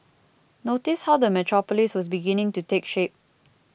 notice how the metropolis was beginning to take shape